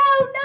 no